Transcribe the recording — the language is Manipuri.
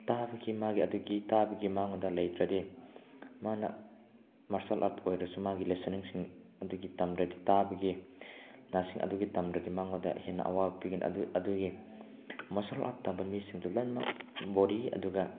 ꯇꯥꯕꯒꯤ ꯃꯥꯒꯤ ꯑꯗꯨꯒꯤ ꯇꯥꯕꯒꯤ ꯃꯉꯣꯟꯗ ꯂꯩꯇ꯭ꯔꯗꯤ ꯃꯥꯅ ꯃꯥꯔꯁꯦꯜ ꯑꯥꯔꯠ ꯑꯣꯏꯔꯁꯨ ꯃꯥꯒꯤ ꯂꯦꯁꯟꯅꯤꯡꯁꯤꯡ ꯑꯗꯨꯒꯤ ꯇꯝꯗ꯭ꯔꯗꯤ ꯇꯥꯕꯒꯤ ꯅꯥꯁꯤꯡ ꯑꯗꯨꯒꯤ ꯇꯝꯗ꯭ꯔꯗꯤ ꯃꯉꯣꯟꯗ ꯍꯦꯟꯅ ꯑꯋꯥꯕ ꯄꯤꯒꯅꯤ ꯑꯗꯨꯒꯤ ꯑꯗꯨꯒꯤ ꯃꯥꯔꯁꯦꯜ ꯑꯥꯔꯠ ꯇꯝꯕ ꯃꯤꯁꯤꯡꯗꯣ ꯂꯣꯏꯃꯛ ꯕꯣꯗꯤ ꯑꯗꯨꯒ